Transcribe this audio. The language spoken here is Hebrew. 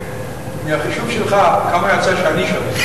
מהחישוב שלך כמה יצא שאני שווה?